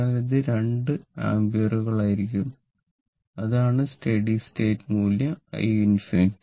അതിനാൽ ഇത് 2 ആമ്പിയറുകളായിരിക്കും അതാണ് സ്റ്റഡി സ്റ്റേറ്റ മൂല്യം i ∞